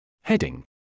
Heading